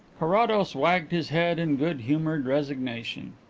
carrados wagged his head in good-humoured resignation.